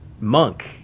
monk